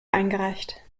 eingereicht